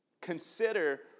Consider